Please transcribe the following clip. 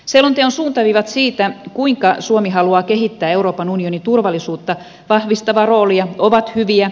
selonteon suuntaviivat siitä kuinka suomi haluaa kehittää euroopan unionin turvallisuutta vahvistavaa roolia ovat hyviä